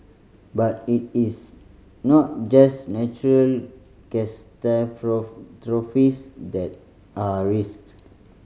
but it is not just natural that are risks